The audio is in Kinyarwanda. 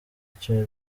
cy’u